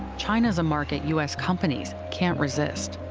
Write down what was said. china's a market u s. companies can't resist.